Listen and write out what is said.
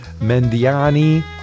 Mendiani